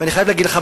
אני חייב להגיד לך,